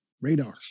radar